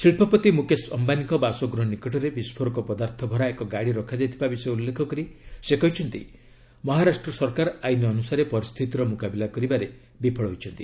ଶିକ୍ଷପତି ମୁକେଶ ଅମ୍ଭାନୀଙ୍କ ବାସଗୃହ ନିକଟରେ ବିସ୍ଫୋରକ ପଦାର୍ଥ ଭରା ଏକ ଗାଡ଼ି ରଖାଯାଇଥିବା ବିଷୟ ଉଲ୍ଲେଖ କରି ସେ କହିଛନ୍ତି ମହାରାଷ୍ଟ୍ର ସରକାର ଆଇନ ଅନୁସାରେ ପରିସ୍ଥିତିର ମୁକାବିଲା କରିବାରେ ବିଫଳ ହୋଇଛନ୍ତି